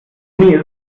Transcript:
ist